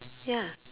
ya